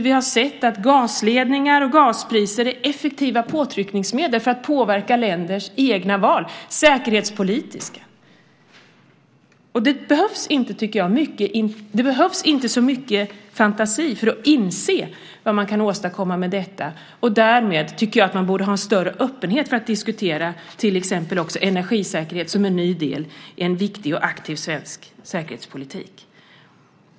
Vi har sett att gasledningar och gaspriser är effektiva påtryckningsmedel för att påverka länders egna val säkerhetspolitiskt. Det behövs inte så mycket fantasi för att inse vad man kan åstadkomma med detta. Därmed tycker jag att man borde ha en större öppenhet för att diskutera till exempel energisäkerhet som en ny viktig del i en aktiv svensk säkerhetspolitik.